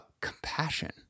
compassion